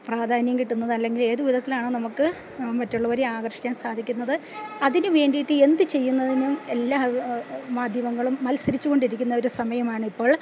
പ്രാധാന്യം കിട്ടുന്നത് അല്ലെങ്കിൽ ഏതുവിധത്തിലാണോ നമുക്ക് മറ്റുള്ളവരെ ആകർഷിക്കാൻ സാധിക്കുന്നത് അതിനുവേണ്ടിയിട്ട് എന്ത് ചെയ്യുന്നതിനും എല്ലാ മാധ്യമങ്ങളും മത്സരിച്ച് കൊണ്ടിരിക്കുന്ന ഒരു സമയമാണ് ഇപ്പോൾ